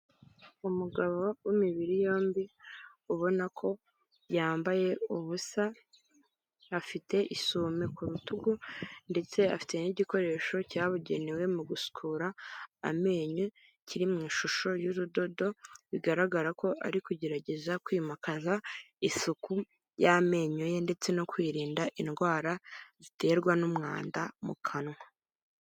Umugabo w'imibiri yombi ubona ko yambaye ubusa, afite isume ku rutugu ndetse afite n'igikoresho cyabugenewe mu gusukura amenyo kiri mu ishusho y'urudodo, bigaragara ko ari kugerageza kwimakaza isuku y'amenyo ye ndetse no kwirinda indwara ziterwa n'umwanda mu kanwa.